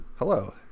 Hello